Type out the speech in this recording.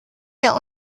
der